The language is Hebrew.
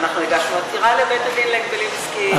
ואנחנו הגשנו עתירה לבית-הדין להגבלים עסקיים,